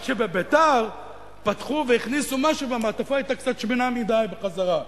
רק שבבית"ר פתחו והכניסו משהו והמעטפה היתה קצת שמנה מדי בחזרה,